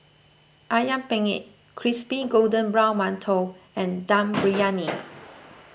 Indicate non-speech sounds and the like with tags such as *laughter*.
Ayam Penyet Crispy Golden Brown Mantou and *noise* Dum Briyani